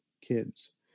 kids